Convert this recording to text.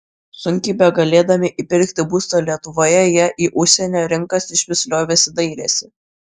sunkiai begalėdami įpirkti būstą lietuvoje jie į užsienio rinkas išvis liovėsi dairęsi